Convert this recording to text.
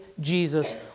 Jesus